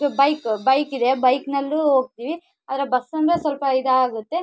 ಇದು ಬೈಕ್ ಬೈಕಿದೆ ಬೈಕ್ನಲ್ಲೂ ಹೋಗ್ತೀವಿ ಆದರೆ ಬಸ್ ಅಂದರೆ ಸ್ವಲ್ಪ ಇದಾಗುತ್ತೆ